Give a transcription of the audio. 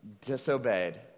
disobeyed